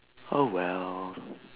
oh well